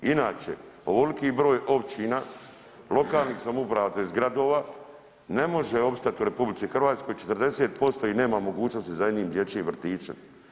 Inače, ovoliki broj općina lokalnih samouprava tj. gradova ne može opstati u RH, 40% ih nema mogućnosti za jednim dječjim vrtićem.